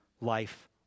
life